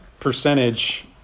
percentage